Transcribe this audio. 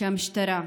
המשטרה,